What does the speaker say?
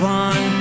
one